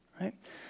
right